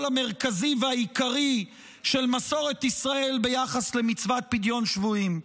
המרכזי והעיקרי של מסורת ישראל ביחס למצוות פדיון שבויים.